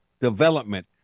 Development